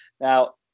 now